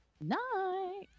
night